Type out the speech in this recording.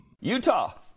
Utah